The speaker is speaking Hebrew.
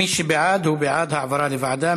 מי שבעד, הוא בעד העברה לוועדה.